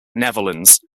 netherlands